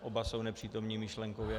Oba jsou nepřítomni myšlenkově.